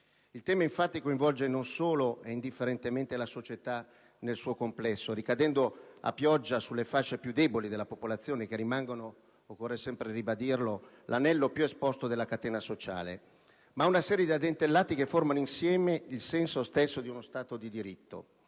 Il tema, infatti, coinvolge non solo e indifferentemente la società nel suo complesso, ricadendo a pioggia sulle fasce più deboli della popolazione che rimangono - occorre sempre dirlo - l'anello più esposto della catena sociale, ma una serie di addentellati che formano insieme il senso stesso di uno Stato di diritto.